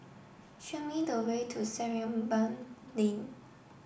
show me the way to Sarimbun Lane